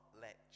let